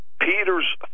Peter's